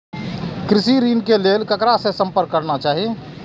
कृषि ऋण के लेल ककरा से संपर्क करना चाही?